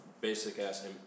basic-ass